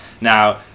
Now